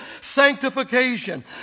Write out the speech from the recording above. sanctification